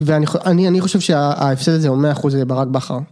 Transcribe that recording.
ואני חושב שההפסד הזה הוא 100% ברק בכר.